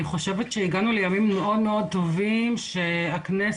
אני חושבת שהגענו לימים מאוד טובים שהכנסת